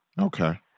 Okay